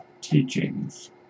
teachings